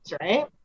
right